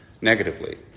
negatively